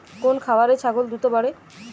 কোন খাওয়ারে ছাগল দ্রুত বাড়ে?